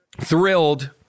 Thrilled